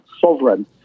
sovereign